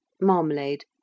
marmalade